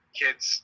kids